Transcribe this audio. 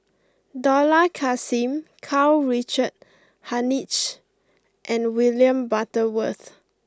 Dollah Kassim Karl Richard Hanitsch and William Butterworth